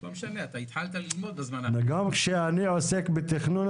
גם כשאני עוסק בתכנון,